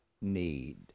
need